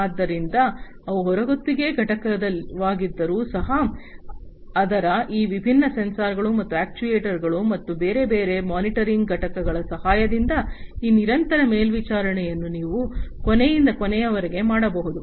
ಆದ್ದರಿಂದ ಅವು ಹೊರಗುತ್ತಿಗೆ ಘಟಕವಾಗಿದ್ದರೂ ಸಹ ಆದರೆ ಈ ವಿಭಿನ್ನ ಸೆನ್ಸಾರ್ಗಳು ಮತ್ತು ಅಕ್ಚುಯೆಟರ್ಸ್ಗಳು ಮತ್ತು ಬೇರೆ ಬೇರೆ ಮಾನಿಟರಿಂಗ್ ಘಟಕಗಳ ಸಹಾಯದಿಂದ ಈ ನಿರಂತರ ಮೇಲ್ವಿಚಾರಣೆಯನ್ನು ನೀವು ಕೊನೆಯಿಂದ ಕೊನೆಯವರೆಗೆ ಮಾಡಬಹುದು